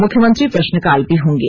मुख्यमंत्री प्रश्नकाल भी होंगे